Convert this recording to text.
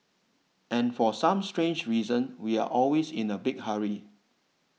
and for some strange reasons we are always in a big hurry